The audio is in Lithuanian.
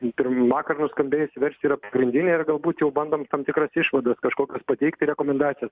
į pirm vakar nuskambėjusi versija yra pagrindinė ir galbūt jau bandom tam tikras išvadas kažkokias pateikti rekomendacijas